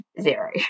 zero